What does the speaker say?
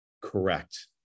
Correct